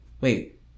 wait